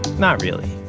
not really.